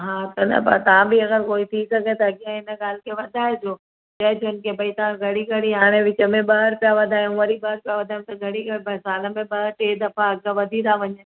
हा त न पर तव्हां बि अगरि कोई थी सघे त कंहिं हिन ॻाल्हि खे वधाइजो जंहिं जंहिंखे भई तां घड़ी घड़ी हाणे विच में ॿ रुपिया वधायूं वरी ॿ रुपिया वधायूं त घणी करे साल में ॿ टे दफ़ा अघु वधी था वञनि